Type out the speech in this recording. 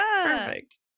perfect